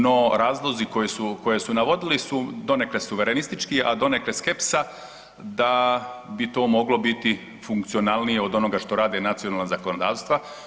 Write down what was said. No, razlozi koje su navodili su donekle suverenistički, a donekle skepsa da bi to moglo biti funkcionalnije od onoga što rade nacionalna zakonodavstva.